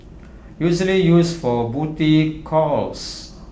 usually used for booty calls